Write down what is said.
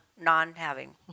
non-having